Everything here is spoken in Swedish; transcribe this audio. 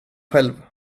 själv